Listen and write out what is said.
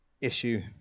issue